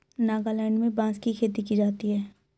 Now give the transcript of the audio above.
नागालैंड में बांस की खेती की जाती है